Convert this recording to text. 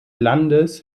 landes